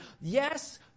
yes